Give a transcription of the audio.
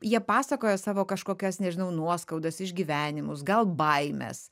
jie pasakoja savo kažkokias nežinau nuoskaudas išgyvenimus gal baimes